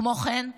כמו כן,